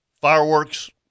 fireworks